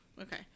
okay